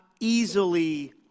easily